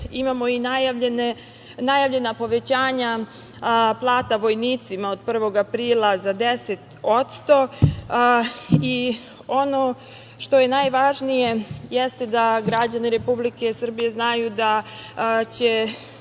imamo i najavljena povećanja plata vojnicima od 1. aprila za 10%.Ono što je najvažnije jeste da građani Republike Srbije znaju da je